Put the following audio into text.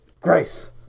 grace